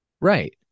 Right